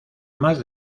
más